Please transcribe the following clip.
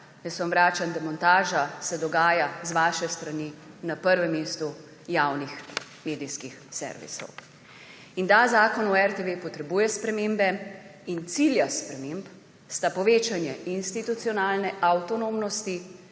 vam vračam, demontaža se dogaja z vaše strani na prvem mestu javnih medijskih servisov. In da, Zakon o RTV potrebuje spremembe. In cilja sprememb sta povečanje institucionalne avtonomnosti,